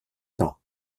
temps